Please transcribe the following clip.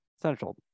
Central